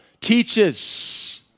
teaches